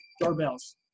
doorbells